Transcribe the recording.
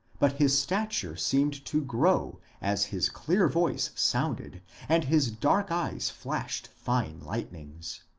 but his stature seemed to grow as his clear voice sounded and his dark eyes flashed fine lightnings.